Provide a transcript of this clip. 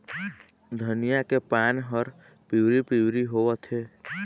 धनिया के पान हर पिवरी पीवरी होवथे?